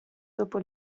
dopo